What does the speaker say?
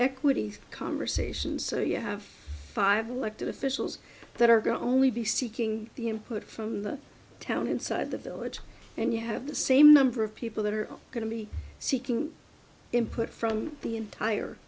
equity conversation so you have five elected officials that are going to only be seeking the input from the town inside the village and you have the same number of people that are going to be seeking input from the entire